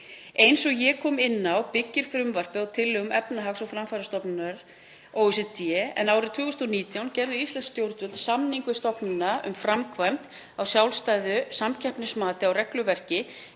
Eins og ég kom inn á byggist frumvarpið á tillögum Efnahags- og framfarastofnunarinnar, OECD, en árið 2019 gerðu íslensk stjórnvöld samning við stofnunina um framkvæmd á sjálfstæðu samkeppnismati á regluverki